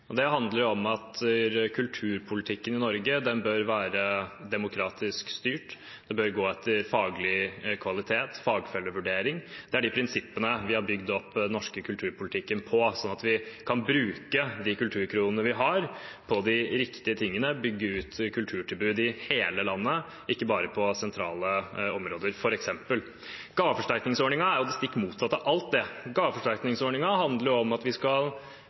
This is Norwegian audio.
handler om at kulturpolitikken i Norge bør være demokratisk styrt og gå etter faglig kvalitet og fagfellevurdering. Det er de prinsippene vi har bygd den norske kulturpolitikken på, slik at vi kan bruke de kulturkronene vi har, på de riktige tingene og f.eks. bygge ut kulturtilbud i hele landet, ikke bare i sentrale områder. Gaveforsterkningsordningen er det stikk motsatte av alt det. Gaveforsterkningsordningen handler om at vi skal